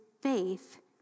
faith